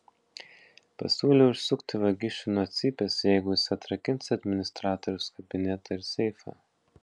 pasiūliau išsukti vagišių nuo cypės jeigu jis atrakins administratoriaus kabinetą ir seifą